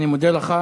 אני מודה לך.